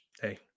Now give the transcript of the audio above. hey